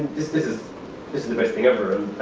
this this is is the best thing ever.